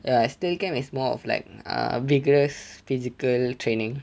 ya steel camp is more of like uh vigorous physical training